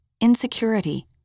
insecurity